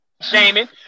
shaming